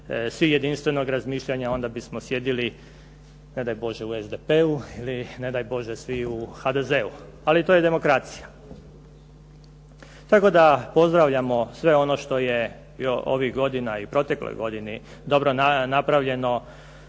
svi jedinstvenog razmišljanja onda bismo sjedili ne daj Bože u SDP-u ili ne daj Bože svi u HDZ-u, ali to je demokracija. Tako da pozdravljamo sve ono što je i ovih godina i u protekloj godini dobro napravljeno